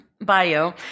bio